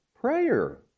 prayer